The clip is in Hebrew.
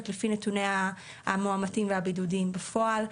לפי נתוני המאומתים והבידודים בפועל.